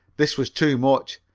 this was too much.